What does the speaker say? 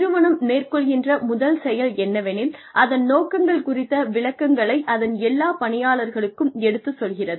நிறுவனம் மேற்கொள்கின்ற முதல் செயல் என்னவெனில் அதன் நோக்கங்கள் குறித்த விளக்கங்களை அதன் எல்லா பணியாளர்களுக்கும் எடுத்துச் சொல்கிறது